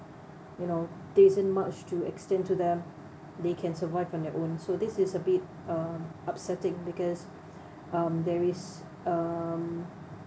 you know there isn't much to extend to them they can survive on their own so this is a bit um upsetting because um there is um